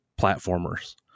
platformers